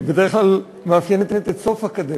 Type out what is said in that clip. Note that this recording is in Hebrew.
שבדרך כלל מאפיינת את סוף הקדנציה.